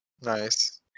Nice